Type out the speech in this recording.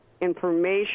information